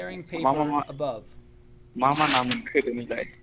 मा मा मा मा मा ना मोनखो दिनैलाय